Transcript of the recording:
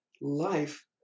life